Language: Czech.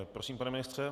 Prosím, pane ministře.